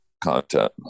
content